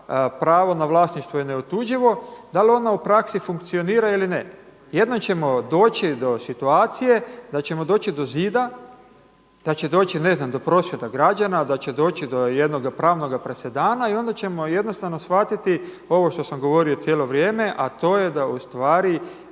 pravo na vlasništvo je neotuđivo, da li ona u praksi funkcionira ili ne? Jednom ćemo doći do situacije da ćemo doći do zida, da će doći ne znam do prosvjeda građana, da će doći do jednoga pravnoga presedana i onda ćemo jednostavno shvatiti ovo što sam govorio cijelo vrijeme, a to je da treba